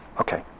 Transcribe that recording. Okay